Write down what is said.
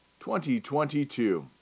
2022